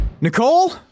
Nicole